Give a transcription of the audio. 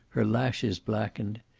her lashes blackened.